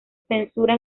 censura